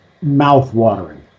mouth-watering